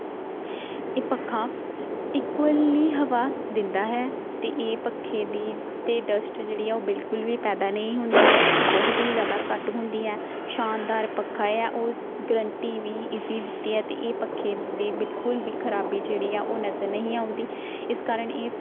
ਇਹ ਪੱਖਾ ਇਕੁਅਲੀ ਹਵਾ ਦਿੰਦਾ ਹੈ ਅਤੇ ਇਹ ਪੱਖੇ ਦੀ 'ਤੇ ਡਸਟ ਜਿਹੜੀ ਉਹ ਬਿਲਕੁਲ ਵੀ ਪੈਦਾ ਨਹੀਂ ਹੁੰਦੀ ਡਸਟ ਬਹੁਤ ਹੀ ਜ਼ਿਆਦਾ ਘੱਟ ਹੁੰਦੀ ਹੈ ਸ਼ਾਨਦਾਰ ਪੱਖਾ ਆ ਉਹ ਗਰੰਟੀ ਵੀ ਇਹਦੀ ਦਿੱਤੀ ਆ ਅਤੇ ਇਹ ਪੱਖੇ ਦੀ ਬਿਲਕੁਲ ਵੀ ਖ਼ਰਾਬੀ ਜਿਹੜੀ ਆ ਉਹ ਨਜ਼ਰ ਨਹੀਂ ਆਉਂਦੀ ਇਸ ਕਾਰਨ ਇਹ